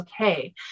okay